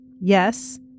Yes